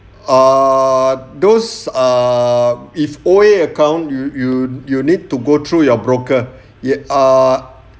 ah those err if O_A account you you you need to go through your broker ye~ ah